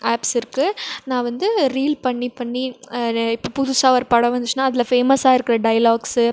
apps இருக்குது நான் வந்து ரீல் பண்ணி பண்ணி இப்போ புதுசாக ஒரு படம் வந்துச்சுனா அதில் ஃபேமஸாக இருக்கிற டயலாக்ஸு